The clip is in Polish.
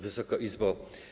Wysoka Izbo!